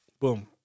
Boom